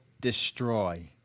destroy